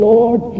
Lord